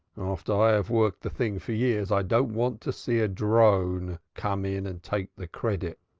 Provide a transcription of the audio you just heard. after i have worked the thing for years, i don't want to see a drone come in and take the credit.